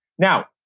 now,